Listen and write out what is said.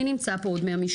מי נמצא פה עוד מהמשטרה?